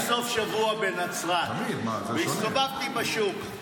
אחמד, עשיתי סוף שבוע בנצרת, והסתובבתי בשוק.